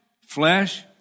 Flesh